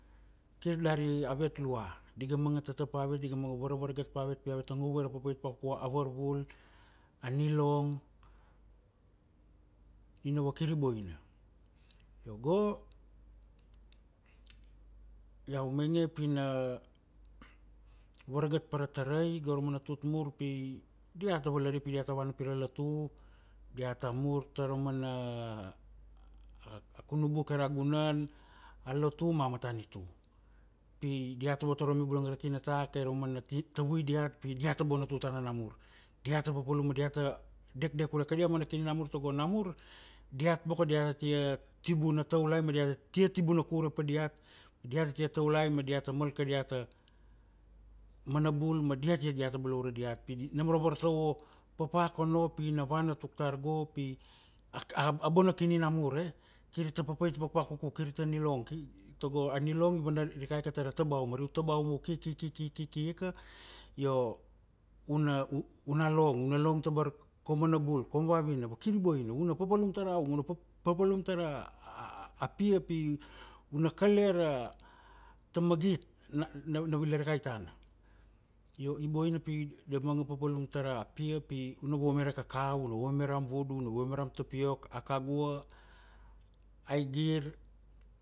Kir dari avet lua, di ga manga tata pa avet di ga manga varavara gar pa avet pi avet ta ngor vue ra papait vakua a varvul, a nilong, ina kir i boina, io go, iau mange pina varagat para tarai gora mana tut mur pi dia ga valaria pi diat ta vana pira lotu, diata mur tara aumana a kunubu keira gunan, a lotu ma matanitu, pi diat ta votorome bulang ra tinata keira mana ti tovui diat pi diat ta boina tutana namur, diata popolum ma diat ta dekdek valua kadia mana kini namur togo namur, diat boko diat tia tibuna toulai ma diata tiar tibuna kore pa diat, diat ati toulai ma diata mal kadiata, mana bul ma diat iat diata balaure diat pi di nom ra vartovo, papa kono pina vana tuktar go pi a a- aboina kini namur e kir ta papait vavakuku kir ta nilong ki togo a nilong i vana rikai ke tara tabau, mari u tabaung u kiki kiki kiki ika, io una u una long una long tabar koum mana bul koum vavina ma kir i boina, una popolum tara ongo una popolum tara apia pi una kalia ra ta magit, na na vila rakai tana, io i boina pi da manga popolum tara pia pi una vuama ra kakau, una vuama ra am vudu, una vuama ra tapiok, akagua, agir,